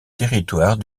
territoire